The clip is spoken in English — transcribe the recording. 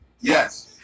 Yes